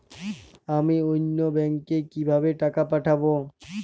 আমি অন্য ব্যাংকে কিভাবে টাকা পাঠাব?